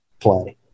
play